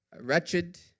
wretched